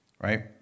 right